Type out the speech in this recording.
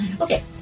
Okay